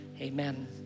Amen